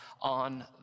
on